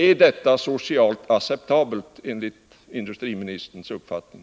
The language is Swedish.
Är detta socialt acceptabelt enligt industriministerns uppfattning?